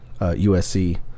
USC